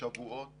שבועות